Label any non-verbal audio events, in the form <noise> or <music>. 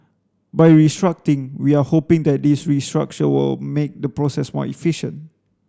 by <unintelligible> we are hoping that this restructure will make the process more efficient